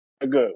good